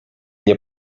nie